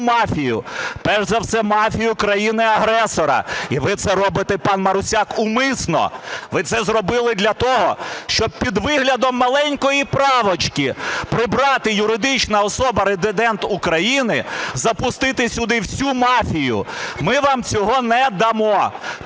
перш за все мафію країни-агресора, і ви це робите, пан Марусяк, умисно. Ви це зробили для того, щоб під виглядом маленької правочки прибрати "юридична особа - резидент України", запустити сюди всю мафію, ми вам цього не дамо.